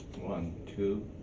one, two,